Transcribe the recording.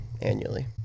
annually